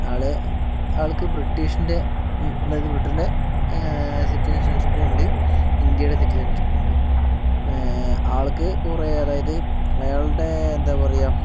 ആള് ആൾക്ക് ബ്രിട്ടീഷിൻ്റെ അതായത് ബ്രിട്ടൻ്റെ സിറ്റിസൺഷിപ്പുണ്ട് ഇന്ത്യയുടെ സിറ്റിസൺഷിപ്പുണ്ട് ആൾക്ക് കുറെ അതായത് അയാൾടെ എന്താ പറയുക